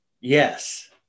yes